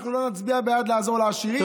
אנחנו לא נצביע בעד לעזור לעשירים.